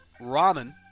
Ramen